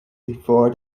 before